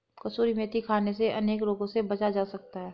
कसूरी मेथी खाने से अनेक रोगों से बचा जा सकता है